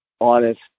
honest